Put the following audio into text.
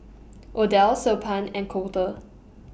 Odell Siobhan and Colter